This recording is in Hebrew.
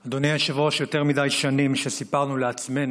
אדוני היושב-ראש, יותר מדי שנים סיפרנו לעצמנו